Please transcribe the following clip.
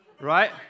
Right